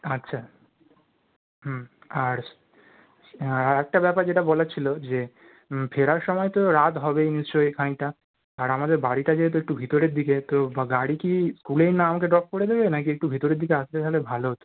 আচ্ছা হুম আর আআর একটা ব্যাপার যেটা বলার ছিল যে ফেরার সময় তো রাত হবেই নিশ্চয়ই খানিকটা আর আমাদের বাড়িটা যেহেতু একটু ভিতরের দিকে তো বা গাড়ি কি স্কুলেই না আমাকে ড্রপ করে দেবে না কি একটু ভেতরের দিকে আসলে তাহলে ভালো হতো